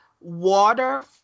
Water